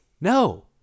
No